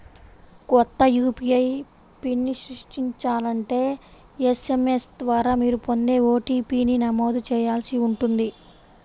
కొత్త యూ.పీ.ఐ పిన్ని సృష్టించాలంటే ఎస్.ఎం.ఎస్ ద్వారా మీరు పొందే ఓ.టీ.పీ ని నమోదు చేయాల్సి ఉంటుంది